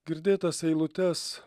girdėtas eilutes